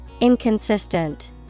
Inconsistent